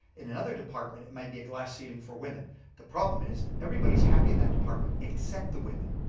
in another department it maybe a glass ceiling for women, the problem is everybody is happy in that department except the women,